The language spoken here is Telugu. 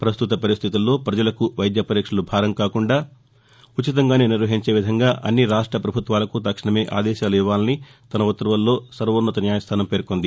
పస్తుత పరిస్టితుల్లో ప్రజలకు వైద్య పరీక్షలు భారంగా కాకుండా ఉచితంగానే నిర్వహించే విధంగా అన్ని రాష్ట పభుత్వాలకు తక్షణమే ఆదేశాలు ఇవ్వాలని తన ఉత్తర్వుల్లో సర్వోన్నత న్యాయస్థానం పేర్కొంది